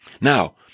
Now